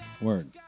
Word